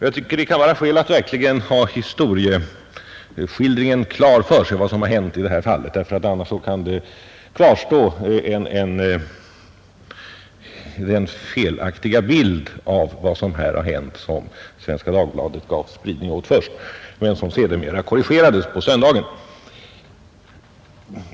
Jag tycker att det kan vara skäl i att verkligen ha händelseutvecklingen klar för sig i detta fall, eftersom annars den rent felaktiga bild, som Svenska Dagbladet givit av vad som skett men som korrigerades på söndagen, kan komma att kvarstå.